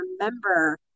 remember